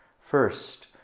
First